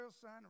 son